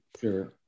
Sure